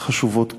חשובות קדימה.